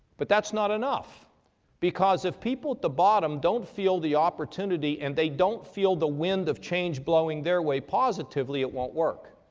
but that's not enough because if people at the bottom don't feel the opportunity and they don't feel the wind of change blowing their way positively it won't work.